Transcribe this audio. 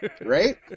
right